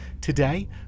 today